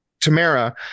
Tamara